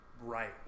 right